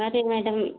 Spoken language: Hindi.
अरे मैडम